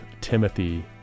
Timothy